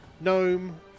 gnome